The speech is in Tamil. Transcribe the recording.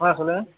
ஆ சொல்லுங்கள்